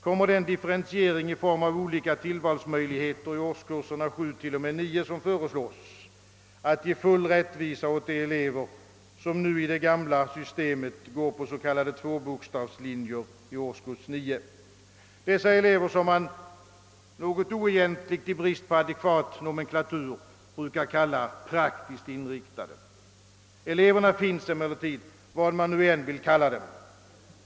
Kommer den differentiering i form av olika tillvalsmöjligheter i årskurserna 7—9 som föreslås att ge full rättvisa åt de elever, som nu i det gamla systemet går på s.k. tvåbokstavslinjer i årskurs 9, dessa elever som man något oegentligt och i brist på adekvat nomenklatur brukar kalla praktiskt inriktade? Eleverna finns emellertid, vad man nu än vill kalla dem.